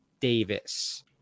Davis